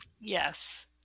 Yes